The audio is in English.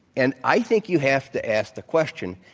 and i think you have to ask the question,